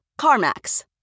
CarMax